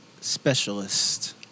specialist